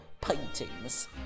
paintings